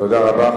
תודה רבה.